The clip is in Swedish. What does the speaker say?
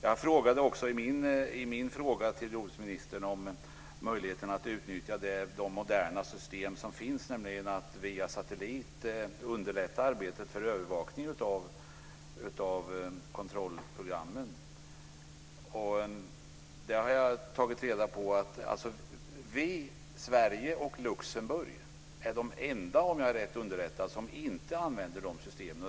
Jag frågade också jordbruksministern i min interpellation om möjligheterna att utnyttja de moderna system som finns, nämligen att via satellit underlätta arbetet för övervakning och kontroll av programmen. Jag har fått veta att Sverige och Luxemburg är de enda länderna - om jag är rätt underrättad - som inte använder de systemen.